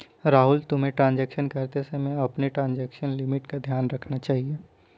राहुल, तुम्हें ट्रांजेक्शन करते समय अपनी ट्रांजेक्शन लिमिट का ध्यान रखना चाहिए